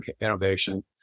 innovation